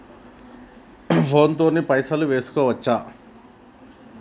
Phone తోని పైసలు వేసుకోవచ్చా?